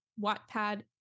Wattpad